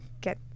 get